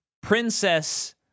princess